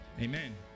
Amen